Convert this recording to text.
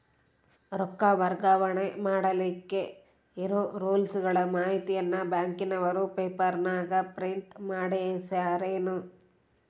ರೊಕ್ಕ ವರ್ಗಾವಣೆ ಮಾಡಿಲಿಕ್ಕೆ ಇರೋ ರೂಲ್ಸುಗಳ ಮಾಹಿತಿಯನ್ನ ಬ್ಯಾಂಕಿನವರು ಪೇಪರನಾಗ ಪ್ರಿಂಟ್ ಮಾಡಿಸ್ಯಾರೇನು?